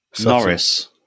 Norris